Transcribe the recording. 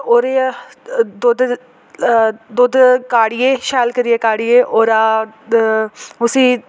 होर एह् ऐ दुद्ध दुद्ध घाड़ियै शैल करियै घाड़ियै ओह्दा उसी